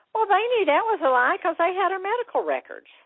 well, they knew that was a lie cause they had her medical records.